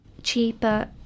cheaper